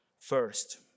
First